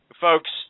Folks